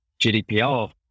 GDPR